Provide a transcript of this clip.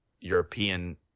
European